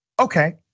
okay